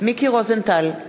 מיקי רוזנטל,